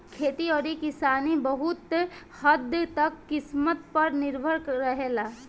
खेती अउरी किसानी बहुत हद्द तक किस्मत पर निर्भर रहेला